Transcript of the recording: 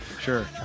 Sure